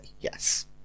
yes